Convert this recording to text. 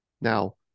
Now